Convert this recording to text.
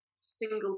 single